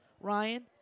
Ryan